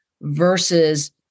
versus